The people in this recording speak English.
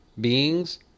beings